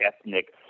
ethnic